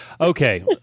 Okay